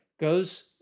goes